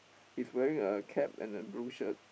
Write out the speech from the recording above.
he's wearing a cap and a blue shirt